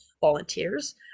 volunteers